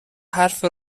حرف